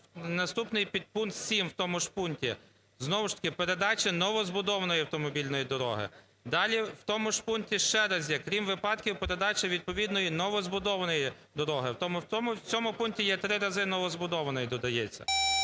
Наступний підпункт 7 в тому ж пункті. Знову ж таки "передача новозбудованої автомобільної дороги". Далі, в тому ж пункті ще раз є "крім випадків передачі відповідної новозбудованої дороги". В цьому пункті є три рази, "новозбудованої" додається.